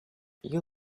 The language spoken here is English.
you